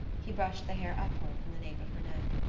he brushed the hair upward from the nape of her neck.